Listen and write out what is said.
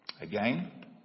again